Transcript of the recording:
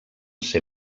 ser